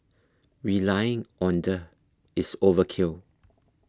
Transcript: relying on the is overkill